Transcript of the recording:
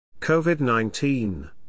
COVID-19